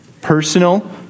Personal